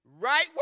Right